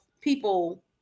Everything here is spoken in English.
people